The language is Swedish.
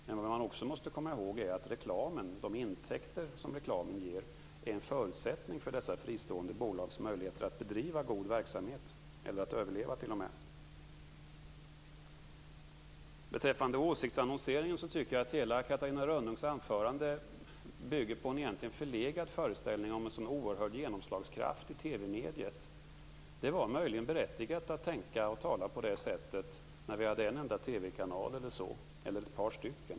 Men man måste också komma ihåg att reklamen och de intäkter den ger är en förutsättning för dessa fristående bolags möjligheter att bedriva god verksamhet eller t.o.m. att överleva. Beträffande åsiktsannonseringen tycker jag att hela Catarina Rönnungs anförande bygger på en föreställning om TV-mediets oerhörda genomslagskraft som egentligen är förlegad. Det var möjligen berättigat att tänka och tala på det sättet när vi hade en enda TV-kanal, eller ett par stycken.